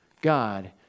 God